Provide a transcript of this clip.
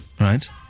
Right